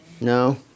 No